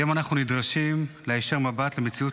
היום אנחנו נדרשים להישיר מבט למציאות